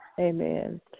Amen